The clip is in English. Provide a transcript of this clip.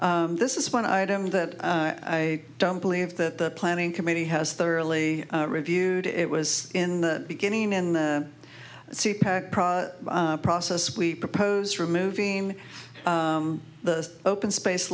em this is one item that i don't believe that the planning committee has thoroughly reviewed it was in the beginning in the process we proposed removing the open space